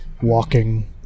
walking